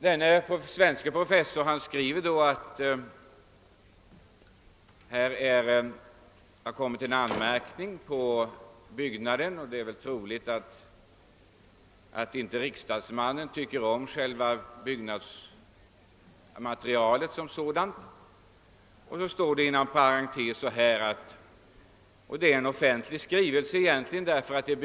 Den svenske professorn skrev att det hade riktats en anmärkning mot byggnaden och att riksdagsmannen i fråga troligen inte tyckte om byggnadsmaterialet. Det är fråga om en offentlig skrivelse, eftersom det var byggnadsstyrelsen som hade givit professorn uppdraget i fråga.